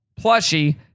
plushie